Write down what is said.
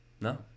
No